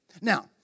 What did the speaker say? Now